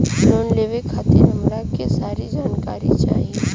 Loan लेवे खातीर हमरा के सारी जानकारी चाही?